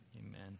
amen